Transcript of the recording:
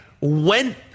went